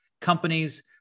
companies